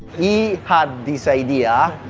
he had this idea,